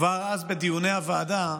כבר אז בדיוני הוועדה,